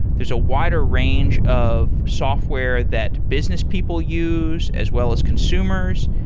there's a wider range of software that business people use, as well as consumers.